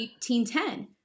1810